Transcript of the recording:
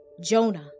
Jonah